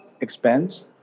expense